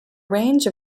range